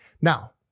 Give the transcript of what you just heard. Now